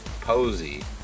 Posey